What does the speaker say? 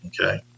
Okay